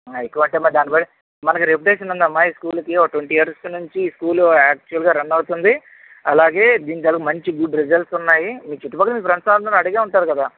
ఆ ఎక్కువంటే మరి దాని బ మనకి రెపుటేషన్ ఉందమ్మా ఈ స్కూల్ కి ఓ ట్వంటీ ఇయర్స్ నుంచి స్కూలు ఆక్చువల్ గా రన్ అవుతుంది అలాగే దీని చాలా మంచి గుడ్ రిజల్ట్స్ ఉన్నాయి మీ చుట్టు పక్కల మీ ఫ్రెండ్స్ అందరిని అడిగే ఉంటారు కదా